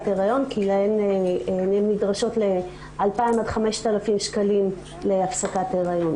הריון כי הן נדרשות ל-2,000 עד 5,000 שקלים להפסקת הריון.